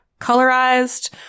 colorized